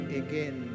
again